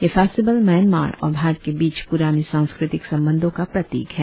यह festival Myanmar और भारत के बीच पुराने सांस्कृतिक संबंधों का प्रतीक है